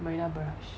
marina barrage